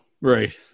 Right